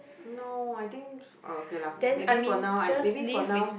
no I think err okay lah maybe for now I maybe for now